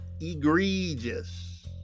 egregious